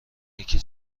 نیکی